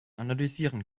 analysieren